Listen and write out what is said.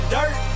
Dirt